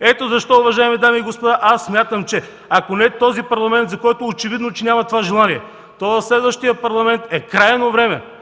Ето защо, уважаеми дами и господа, аз смятам, че ако не този Парламент, за който е очевидно, че няма това желание, то в следващия Парламент е крайно време